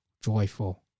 joyful